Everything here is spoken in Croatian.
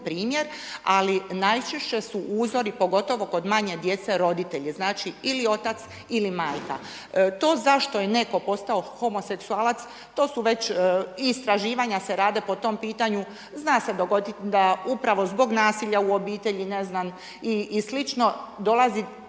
primjer, ali najčešće su uzori, pogotovo kod manje djece, roditelji. Znači, ili otac, ili majka. To zašto je netko postao homoseksualac, to su već, i istraživanja se rade po tom pitanju. Zna se dogoditi da upravo zbog nasilja u obitelji, ne znam,